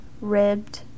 ribbed